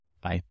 Bye